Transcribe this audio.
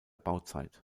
bauzeit